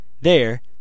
There